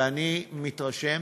ואני מתרשם